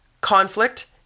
conflict